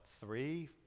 three